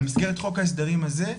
במסגרת חוק ההסדרים הזה,